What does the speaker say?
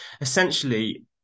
essentially